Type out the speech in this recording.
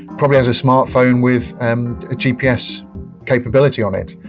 probably has a smartphone with and gps capability on it.